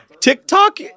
TikTok